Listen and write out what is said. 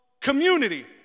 community